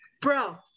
Bro